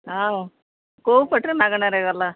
ଆଉ କୋଉ ପଟରେ ମାଗଣାରେ ଗଲ